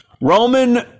Roman